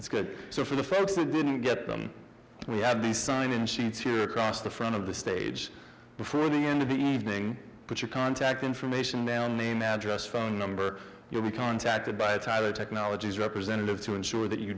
it's good so for the folks who didn't get them we have the sign in sheets here across the front of the stage before the end of the evening but your contact information now name address phone number you'll be contacted by tyler technologies representative to ensure that you